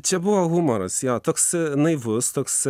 čia buvo humoras jo toks naivus toks